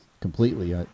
completely